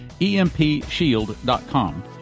EMPshield.com